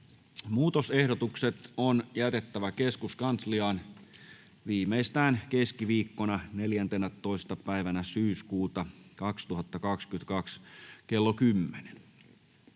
Muutosehdotukset on jätettävä keskuskansliaan viimeistään keskiviikkona 14. päivänä syyskuuta 2022 klo 10.00.